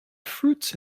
fruits